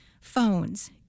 phones